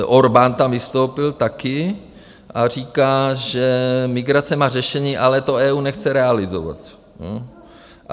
Orbán tam vystoupil taky a říká, že migrace má řešení, ale to EU nechce realizovat.